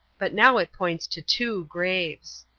but now it points to two graves.